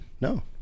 no